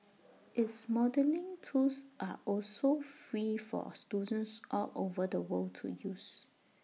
its modelling tools are also free for students all over the world to use